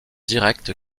direct